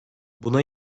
buna